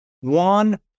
One